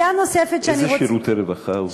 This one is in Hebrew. איזה שירותי רווחה עובדים יום בשבוע?